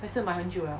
还是买很久 liao